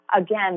again